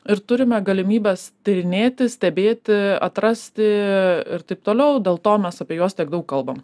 ir turime galimybes tyrinėti stebėti atrasti ir taip toliau dėl to mes apie juos tiek daug kalbame